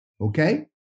okay